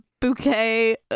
Bouquet